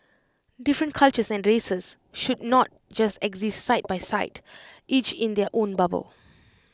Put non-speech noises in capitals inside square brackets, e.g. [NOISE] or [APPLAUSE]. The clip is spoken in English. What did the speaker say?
different cultures and races should not just exist side [NOISE] by side each in their own bubble